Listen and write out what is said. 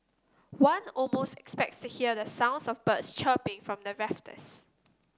one almost expects to hear the sounds of birds chirping from the rafters